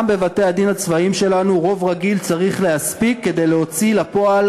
גם בבתי-הדין הצבאיים שלנו רוב רגיל צריך להספיק כדי להוציא לפועל